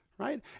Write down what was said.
Right